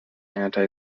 anti